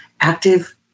active